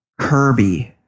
Kirby